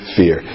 fear